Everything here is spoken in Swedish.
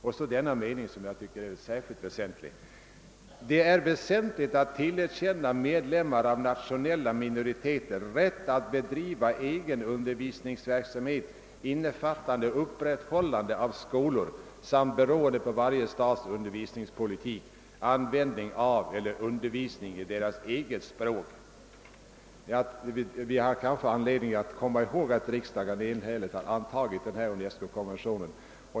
Jag vill också läsa in följande sats i protokollet: »Det är väsentligt att tillerkänna medlemmar av nationella minoriteter rätt att bedriva egen undervisningsverksamhet, innefattande upprätthållande av skolor samt, beroende på varje stats undervisningspolitik, användning av eller undervisning i deras eget språk.» Vi har kanske anledning att komma ihåg att riksdagen enhälligt har antagit denna UNESCO-konvention.